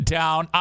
down